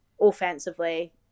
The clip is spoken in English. offensively